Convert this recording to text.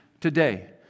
today